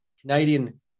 Canadian